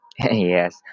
Yes